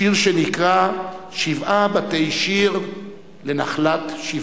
שיר שנקרא "שבעה בתי שיר לנחלת-שבעה".